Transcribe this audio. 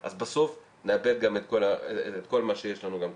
אז בסוף נאבד את כל מה שיש לנו גם ככה.